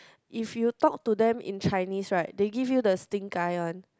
if you talk to them in Chinese right they give you the stink eye one